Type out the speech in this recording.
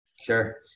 sure